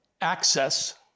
access